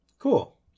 cool